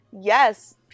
yes